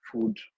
food